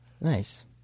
Nice